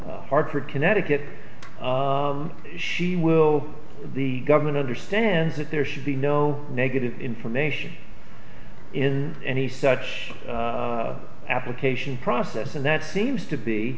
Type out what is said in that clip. or hartford connecticut she will the government understands that there should be no negative information in any such application process and that seems